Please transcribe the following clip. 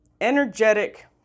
energetic